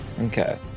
Okay